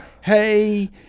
hey